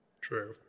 True